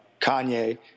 Kanye